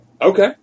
Okay